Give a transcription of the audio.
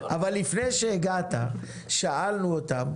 אבל לפני שהגעת שאלנו אותם